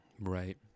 Right